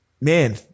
man